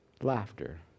Laughter